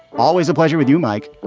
always a pleasure with you, mike